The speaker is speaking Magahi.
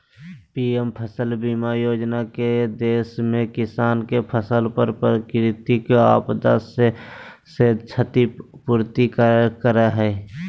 पीएम फसल बीमा योजना के देश में किसान के फसल पर प्राकृतिक आपदा से क्षति पूर्ति करय हई